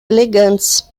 elegantes